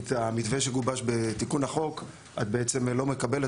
כי את המתווה שגובש בתיקון החוק את בעצם לא מקבלת,